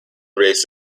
race